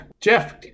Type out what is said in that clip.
Jeff